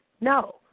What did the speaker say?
no